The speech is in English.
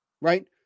Right